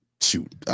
shoot